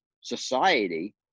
society